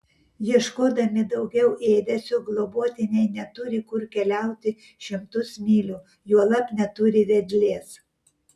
ieškodami daugiau ėdesio globotiniai neturi kur keliauti šimtus mylių juolab neturi vedlės